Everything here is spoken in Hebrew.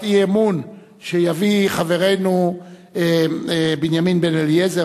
האי-אמון שיביא חברנו בנימין בן-אליעזר,